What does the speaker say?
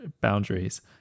boundaries